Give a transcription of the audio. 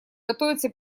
готовится